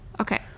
Okay